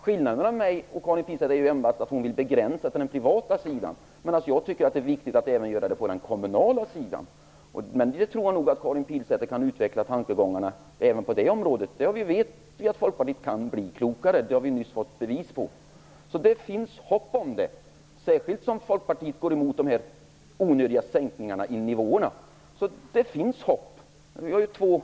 Skillnaden mellan mig och Karin Pilsäter är endast att hon vill begränsa sig till den privata sidan, medan jag tycker att det är viktigt att ge den här möjligheten även på den kommunala sidan. Jag tror nog att Karin Pilsäter kan utveckla tankegångarna även på det området. Vi vet ju att Folkpartiet kan bli klokare. Det har vi nyss fått bevis på. Så det finns hopp, särskilt som Folkpartiet går emot de onödiga sänkningarna i nivåerna. Det finns hopp.